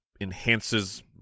enhances